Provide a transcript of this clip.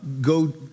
go